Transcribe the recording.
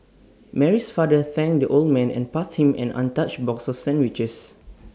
Mary's father thanked the old man and passed him an untouched box of sandwiches